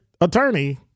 attorney